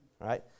right